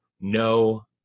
no